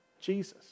Jesus